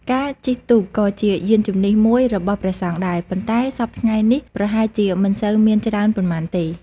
ការជិះទូកក៏ជាយានជំនិះមួយរបស់ព្រះសង្ឃដែរ ប៉ុន្តែសព្វថ្ងៃនេះប្រហែលជាមិនសូវមានច្រើនប៉ុន្មានទេ។